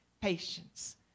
patience